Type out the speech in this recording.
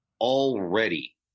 already